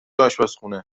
اشپزخونه